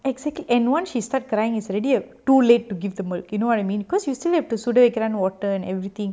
exactly and once she start crying is already too late to give the milk you know what I mean because you still have to soak it in water and everything